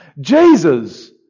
Jesus